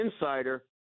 insider